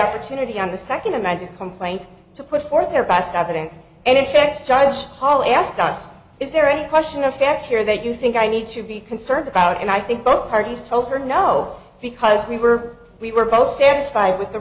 opportunity on the second imagined complaint to put forth their best evidence and in fact judge paul asked us is there any question of facts here that you think i need to be concerned about and i think both parties told her no because we were we were both satisfied with the